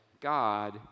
God